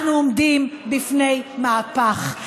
אנחנו עומדים בפני מהפך,